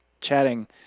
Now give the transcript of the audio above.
chatting